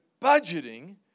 budgeting